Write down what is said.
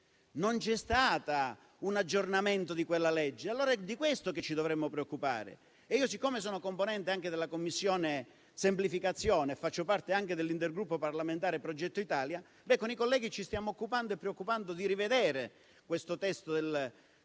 Non c'è stato un aggiornamento di quella legge. È di questo che ci dovremmo preoccupare. Io sono componente anche della Commissione semplificazione e faccio parte dell'Intergruppo parlamentare Progetto Italia; con i colleghi ci stiamo occupando e preoccupando di rivedere questo testo del 1942.